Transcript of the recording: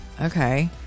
okay